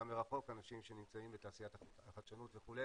מרחוק אנשים שנמצאים בתעשיית החדשנות וכו',